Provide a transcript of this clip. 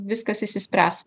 viskas išsispręs